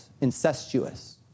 incestuous